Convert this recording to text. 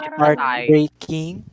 heartbreaking